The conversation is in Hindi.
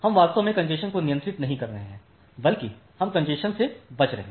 हम वास्तव में कॅन्जेशन को नियंत्रित नहीं कर रहे हैं बल्कि हम कॅन्जेशन से बच रहे हैं